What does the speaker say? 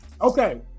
Okay